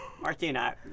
martina